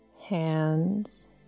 hands